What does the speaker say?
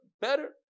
better